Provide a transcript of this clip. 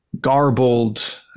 garbled